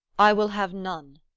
i will have none.